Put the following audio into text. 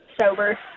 sober